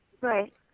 Right